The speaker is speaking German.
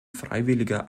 freiwilliger